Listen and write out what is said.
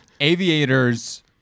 aviators